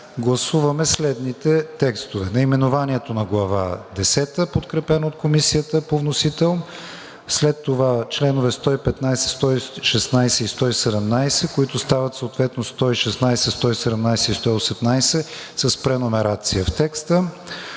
Гласуваме следните текстове: наименованието на Глава десета, подкрепена от Комисията по вносител; чл. 115, 116 и 117, които стават съответно чл. 116, 117 и 118 с преномерация в текста;